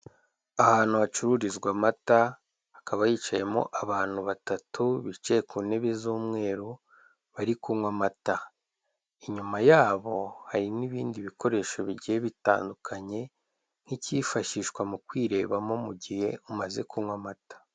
Ahantu hacururizwa amata, hakaba hicayemo abantu batatu bicaye ku ntebe z'umweru, bari kunywa amata. Inyuma yabo hari n'ibindi bikoresho bigiye bitandukanye nk'icyifashishwa mu kwirebamo mu gihe umaze kunywa amata.